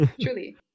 Truly